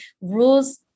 rules